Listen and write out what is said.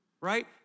Right